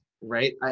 right